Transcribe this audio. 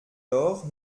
lors